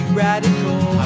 radical